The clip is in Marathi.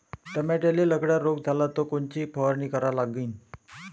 टमाट्याले लखड्या रोग झाला तर कोनची फवारणी करा लागीन?